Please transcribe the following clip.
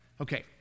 Okay